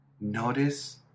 Notice